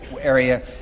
area